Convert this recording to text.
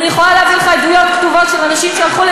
(כלי ירייה המשמשים לשירותי שמירה),